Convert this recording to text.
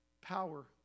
power